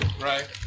Right